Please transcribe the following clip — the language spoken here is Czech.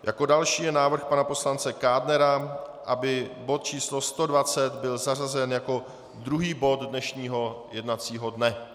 Jako další je návrh pana poslance Kádnera, aby bod číslo 120 byl zařazen jako druhý bod dnešního jednacího dne.